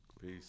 Peace